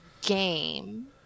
game